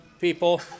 people